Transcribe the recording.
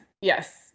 Yes